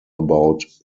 about